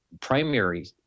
primary